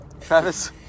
Travis